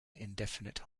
indefinite